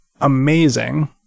amazing